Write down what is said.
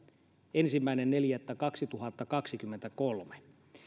ensimmäinen neljättä kaksituhattakaksikymmentäkolme